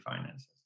finances